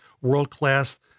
world-class